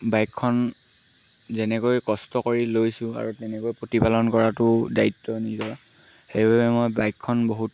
বাইকখন যেনেকৈ কষ্ট কৰি লৈছোঁ আৰু তেনেকৈ প্ৰতিপালন কৰাটোও দায়িত্ব নিজৰ সেইবাবে মই বাইকখন বহুত